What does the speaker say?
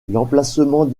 l’emplacement